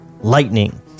lightning